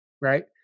right